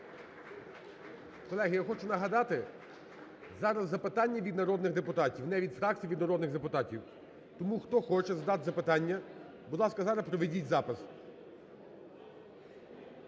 Колеги, я хочу нагадати, зараз запитання від народних депутатів, не від фракцій, а від народних депутатів. Тому хто хоче задати запитання, будь ласка, зараз проведіть запис.